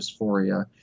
dysphoria